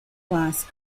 class